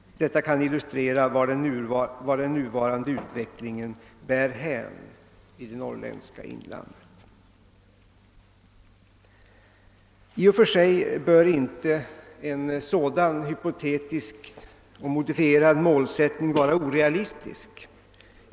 Detta kan illustrera vart den nuvarande ut vecklingen bär hän i det norrländska inlandet. I och för sig bör inte en sådan hypotetisk och modifierad målsättning vara orealistisk.